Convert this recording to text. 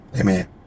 Amen